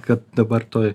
kad dabar toj